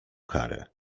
karę